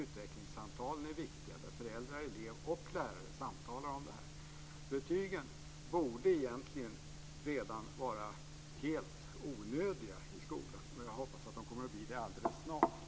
Utvecklingssamtalen är viktiga där föräldrar, lärare och eleven samtalar. Betygen borde egentligen redan vara helt onödiga i skolan. Jag hoppas att de kommer att bli det alldeles snart.